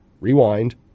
Rewind